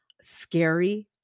scary